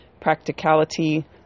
practicality